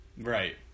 right